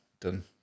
done